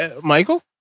Michael